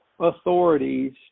authorities